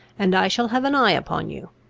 and i shall have an eye upon you.